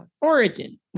Oregon